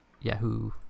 Yahoo